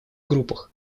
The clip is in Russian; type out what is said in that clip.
группах